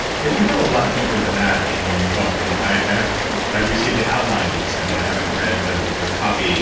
but you go a lot deeper than that in your new book and i have i have received the outline that you sent, but i haven't read the prepublication copy.